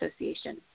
Association